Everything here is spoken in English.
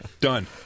Done